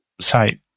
site